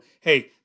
hey